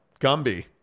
Gumby